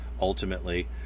ultimately